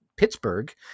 Pittsburgh